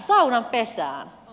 saunan pesään